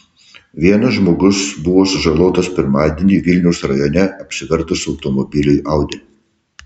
vienas žmogus buvo sužalotas pirmadienį vilniaus rajone apsivertus automobiliui audi